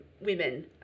women